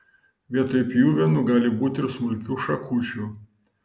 vietoj pjuvenų gali būti ir smulkių šakučių